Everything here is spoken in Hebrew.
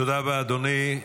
תודה רבה, אדוני.